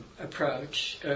approach